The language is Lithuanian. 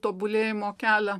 tobulėjimo kelią